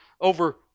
over